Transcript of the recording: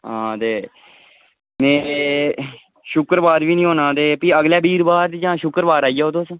हां ते एह् शुक्रबार बी नेईं होना ते फ्ही अगलै बीरबार में जां शुक्रबार आई जाओ तुस